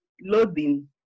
loading